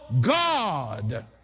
God